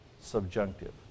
subjunctive